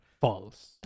false